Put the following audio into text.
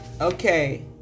okay